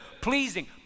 pleasing